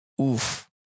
oof